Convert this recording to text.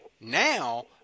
Now